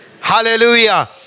Hallelujah